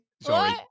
Sorry